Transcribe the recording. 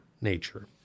nature